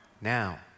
now